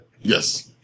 yes